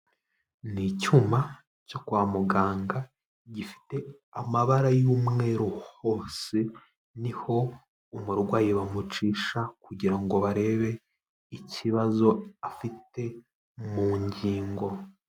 Ni icyuma cyo kwa muganga gifite amabara y'umweru hose, niho umurwayi bamucisha kugira ngo barebe ikibazo afite mu ngingo.